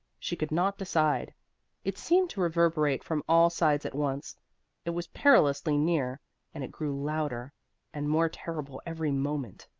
she could not decide it seemed to reverberate from all sides at once it was perilously near and it grew louder and more terrible every moment.